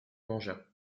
mangea